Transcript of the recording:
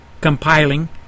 compiling